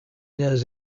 knows